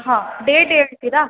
ಹಾಂ ಡೇಟ್ ಹೇಳ್ತೀರಾ